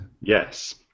yes